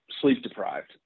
sleep-deprived